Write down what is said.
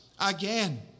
again